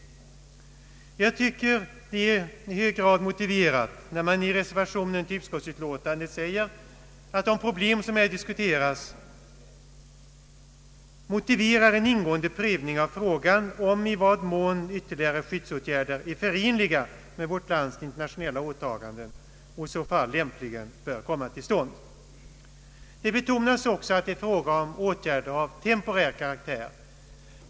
Jag tycker att det är i hög grad motiverat när man i reservationen till utskottsutlåtandet säger att de problem som här diskuteras motiverar en ingående prövning av frågan om i vad mån ytterligare skyddsåtgärder är förenliga med vårt lands internationella åtaganden och i så fall lämpligen bör komma till stånd. Det betonas också att det är fråga om åtgärder av temporär karaktär.